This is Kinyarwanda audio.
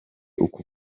uku